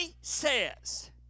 says